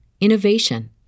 innovation